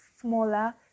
smaller